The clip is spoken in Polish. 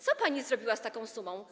Co pani zrobiła z taką sumą?